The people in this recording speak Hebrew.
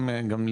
המודל.